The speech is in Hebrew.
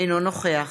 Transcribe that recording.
אינו נוכח